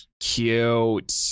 Cute